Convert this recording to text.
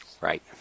Right